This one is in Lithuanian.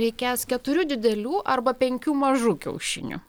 reikės keturių didelių arba penkių mažų kiaušinių